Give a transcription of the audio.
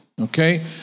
okay